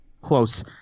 Close